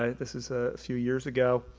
ah this is a few years ago.